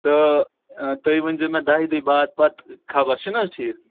تہٕ تُہۍ ؤنۍزیو مےٚ دَہہِ دۄہہِ بعد پتہٕ خبر چھُ نہٕ حظ ٹھیٖک